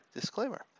disclaimer